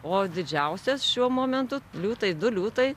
o didžiausias šiuo momentu liūtai du liūtai